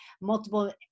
multiple